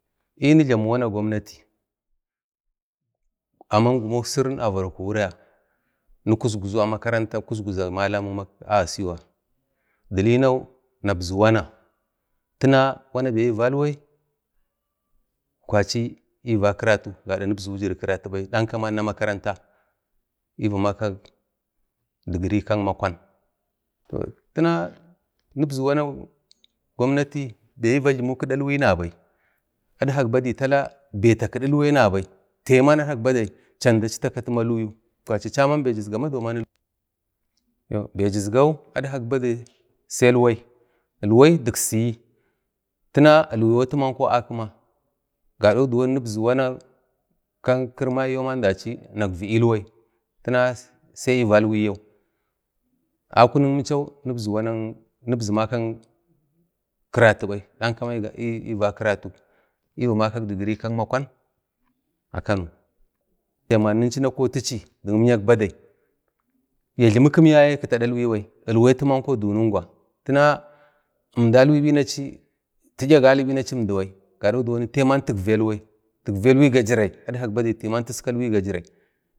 Ni nijlamu wana gwamnati aman gumuksirin avalu wulya nu kuzguzu amakarantak kuzguzak malalmawat ka Gasiwa di linau nabzi wana tana wana bai ni valwai n va kira gadak nibzu karantubai danka ni va karatu a makaranta ni vamakak Digiri kak mkwan toh tana nibzu wana gwamnati bai ni vajlimu kida ilwai nabai adhak badai tala bai takidi ilwai nabai taiba adkak badai chandu acitakati maluyu, ja chaman bai jizga amaduwa ba, baijizgau adkak badai ilwai dik siyi, tina ilwai atiyau akima gadak nibzu wana kan kiri mai yoman dachi nakvi ilwai tanau sai ni valwai yau akunuk inchau nibzu maka karatu bai ni ba karatu ni vamak digiri kak makwan a Kano timan nunchu na kotachi dik imyak badai ya jlimikim yaye kitada ilwai bai atu yau dunungwa tina əmdi alwai bai ti'yi agali bai achi əmdi bai gado diwoni taiba tikva ilwai takvelwai ga jirai timan tiskalwai ga jirai